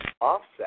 offset